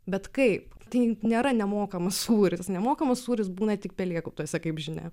bet kaip tai nėra nemokamas sūris nemokamas sūris būna tik pelėkautuose kaip žinia